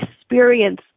experience